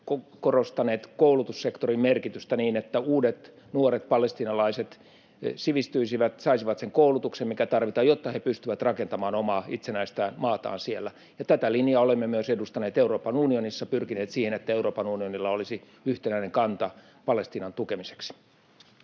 korostaneet koulutussektorin merkitystä niin, että uudet nuoret palestiinalaiset sivistyisivät, saisivat sen koulutuksen, mikä tarvitaan, jotta he pystyvät rakentamaan omaa itsenäistä maataan siellä. Ja tätä linjaa olemme myös edustaneet Euroopan unionissa, pyrkineet siihen, että Euroopan unionilla olisi yhtenäinen kanta Palestiinan tukemiseksi.